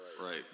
right